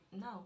No